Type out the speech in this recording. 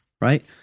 right